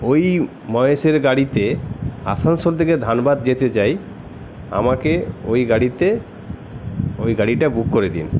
ওই মহেশের গাড়িতে আসানসোল থেকে ধানবাদ যেতে চাই আমাকে ওই গাড়িতে ওই গাড়িটা বুক করে দিন